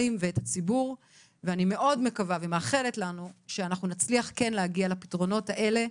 ואת הציבור ואני מקווה ומאחלת לנו שנצליח להגיע לפתרונות הללו,